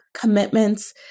commitments